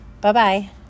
Bye-bye